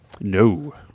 No